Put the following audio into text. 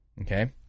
okay